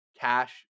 cash